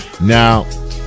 now